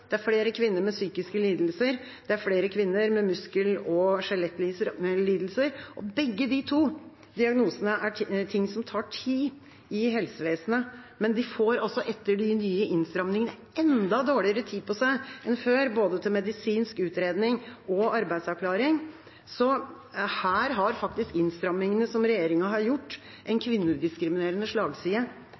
Det er flere kvinner med psykiske lidelser, det er flere kvinner med muskel- og skjelettlidelser. Begge de to diagnosene tar tid i helsevesenet, men etter de nye innstrammingene får de enda dårligere tid på seg enn før til både medisinsk utredning og arbeidsavklaring. Her har faktisk innstrammingene som regjeringa har gjort, en kvinnediskriminerende slagside.